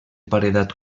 paredat